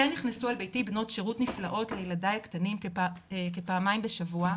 כן נכנסו אל ביתי בנות שירות נפלאות לילדי הקטנים כפעמיים בשבוע,